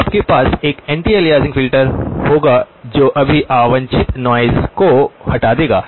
तो आपके पास एक एंटी अलियासिंग फ़िल्टर होगा जो सभी अवांछित नॉइज़ को हटा देगा